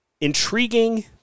intriguing